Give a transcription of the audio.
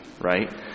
right